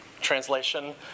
Translation